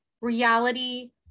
reality